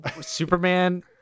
superman